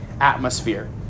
atmosphere